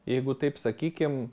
jeigu taip sakykim